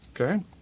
okay